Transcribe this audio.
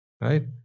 right